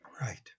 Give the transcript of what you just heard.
Right